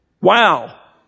Wow